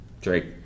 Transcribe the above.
Drake